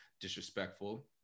disrespectful